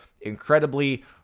incredibly